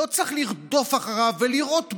לא צריך לרדוף אחריו ולירות בו.